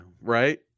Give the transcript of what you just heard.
right